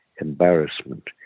embarrassment